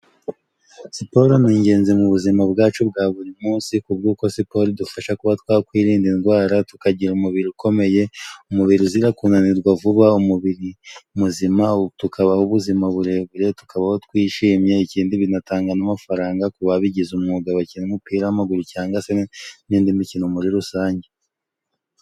Siporo ni ingenzi mu buzima bwacu bwa buri munsi kubw'uko siporo idufasha kuba twakwirinda indwara tukagira umubiri ukomeye ,umubiri uzira kunanirwa vuba, umubiri muzima tukabaho ubuzima burebure tukabaho twishimye, ikindi binatanga n'amafaranga ku babigize umwuga bakina umupira w'amaguru cangwa se n'indi mikino muri rusange.